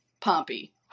Pompey